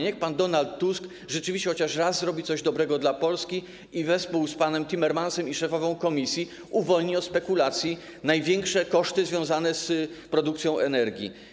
Niech pan Donald Tusk rzeczywiście chociaż raz zrobi coś dobrego dla Polski i wespół z panem Timmermansem i z szefową Komisji uwolni od spekulacji największe koszty związane z produkcją energii.